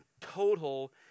total